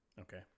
Okay